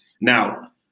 Now